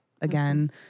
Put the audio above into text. Again